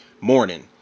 morning